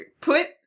put